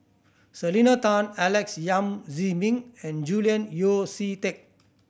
Selena Tan Alex Yam Ziming and Julian Yeo See Teck